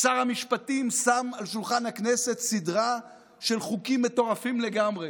שר המשפטים שם על שולחן הכנסת סדרה של חוקים מטורפים לגמרי